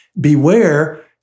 beware